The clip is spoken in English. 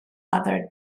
other